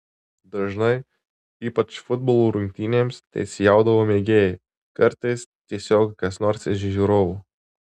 dažnai ypač futbolo rungtynėms teisėjaudavo mėgėjai kartais tiesiog kas nors iš žiūrovų